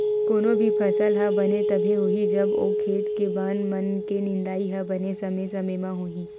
कोनो भी फसल ह बने तभे होही जब ओ खेत के बन मन के निंदई ह बने समे समे होही